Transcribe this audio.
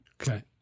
Okay